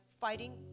fighting